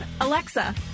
Alexa